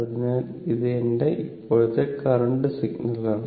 അതിനാൽ ഇത് എന്റെ ഇപ്പോഴത്തെ കറന്റ് സിഗ്നലാണ്